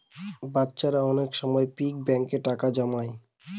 বাচ্চারা অনেক সময় পিগি ব্যাঙ্কে টাকা জমায়